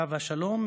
עליו השלום,